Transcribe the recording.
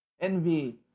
Envy